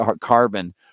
carbon